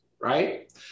Right